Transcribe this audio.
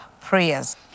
prayers